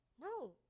No